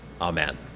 Amen